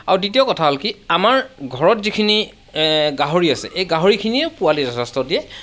আৰু দ্বিতীয় কথা হ'ল কি আমাৰ ঘৰত যিখিনি গাহৰি আছে এই গাহৰিখিনিৰ পোৱালি যথেষ্ট দিয়ে